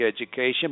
education